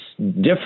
different